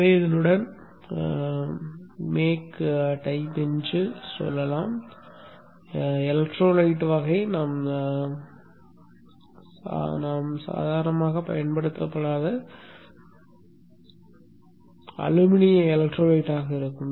எனவே இதனுடன் make type என்று சொல்லலாம் எலக்ட்ரோலைட் வகை நாம் சாதாரணமாக பயன்படுத்தாத அலுமினிய எலக்ட்ரோலைட்டாக இருக்கும்